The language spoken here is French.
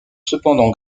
cependant